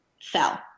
fell